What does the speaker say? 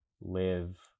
live